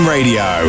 Radio